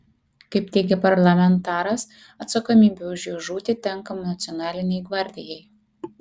kaip teigia parlamentaras atsakomybė už jo žūtį tenka nacionalinei gvardijai